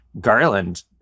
Garland